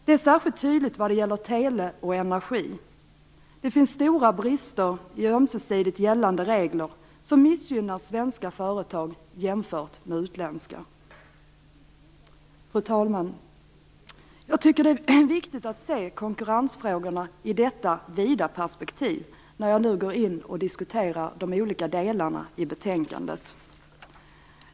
Det är särskilt tydligt när det gäller tele och energi. Det finns stora brister i ömsesidigt gällande regler som missgynnar svenska företag jämfört med utländska. Fru talman! Jag tycker att det är viktigt att se konkurrensfrågorna i detta vida perspektiv när jag nu går in på de olika delarna i betänkandet.